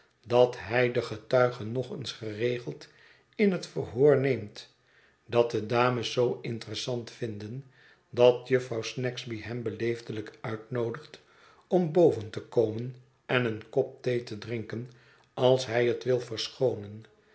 dat hij den getuige nog eens geregeld in het verhoor neemt dat de dames zoo interessant vinden dat jufvrouw snagsby hem beleefdelijk uitnoodigt om boven te komen en een kop thee te drinken als hij het wil verseboonen